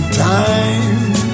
time